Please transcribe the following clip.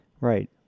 Right